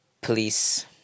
police